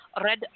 Red